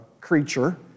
creature